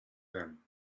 them